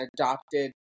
adopted